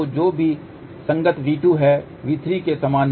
तो जो भी संगत V2 है V3 के समान नहीं होगा